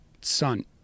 son